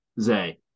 Zay